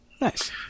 Nice